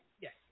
yes